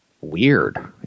weird